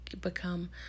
become